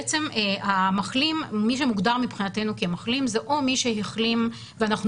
בעצם המחלים מי שמוגדר מבחינתנו מחלים זה או מי שהחלים ואנחנו